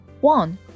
One